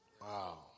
Wow